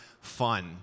fun